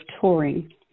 touring